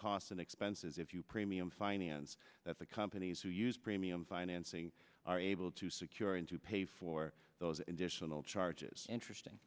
costs and expenses if you premium finance that the companies who use premium financing are able to secure and to pay for those initial charges interesting